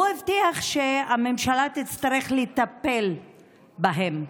הוא הבטיח שהממשלה תצטרך לטפל בהם.